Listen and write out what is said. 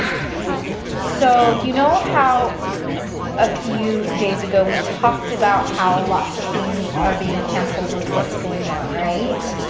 but so, you know how a few days ago, we talked about how lots of things are being canceled with what's going on, right?